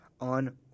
on